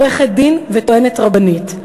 עורכת-דין וטוענת רבנית,